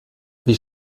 wie